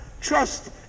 trust